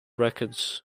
records